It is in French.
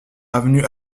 avenue